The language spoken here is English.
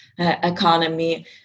Economy